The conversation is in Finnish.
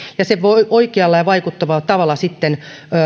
ja että se oikealla ja vaikuttavalla tavalla sitten